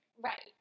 Right